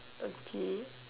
okay